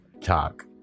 talk